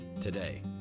today